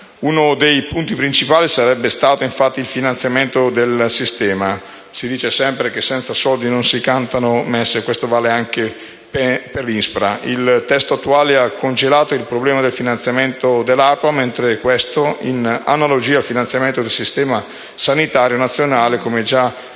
Uno dei punti principali sarebbe stato il finanziamento del Sistema. Si dice sempre che senza soldi non si cantano messe, e questo vale anche per l'ISPRA. Il testo attuale ha congelato il problema del finanziamento delle ARPA, mentre questo, in analogia al finanziamento del Sistema sanitario nazionale, come già apparso